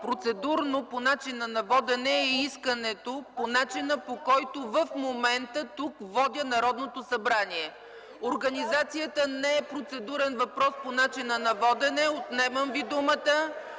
процедурно. По начина на водене е искането, по начина, по който в момента, тук, водя Народното събрание. Организацията не е процедурен въпрос по начина на водене. Отнемам Ви думата.